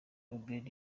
ubald